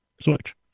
Switch